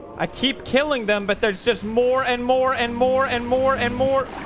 i keep killing them, but there's just more and more and more and more and more